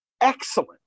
excellent